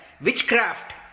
witchcraft